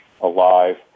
alive